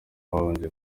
babanje